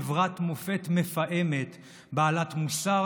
חברת מופת מפעמת בעלת מוסר,